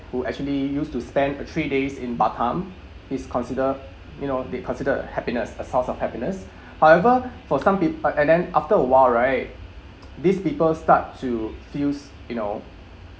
who actually used to spend a three days in batam is consider you know they considered happiness a source of happiness however for some peo~ and then after a while right these people start to feels you know